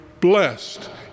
blessed